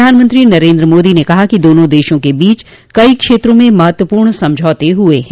प्रधानमंत्री नरेंद्र मोदी ने कहा कि दोनों देशों के बीच कई क्षेत्रों में महत्वपूर्ण समझौते हुए हैं